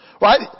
Right